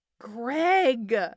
Greg